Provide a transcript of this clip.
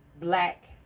black